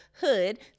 hood